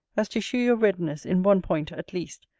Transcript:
as to shew your readiness, in one point, at least,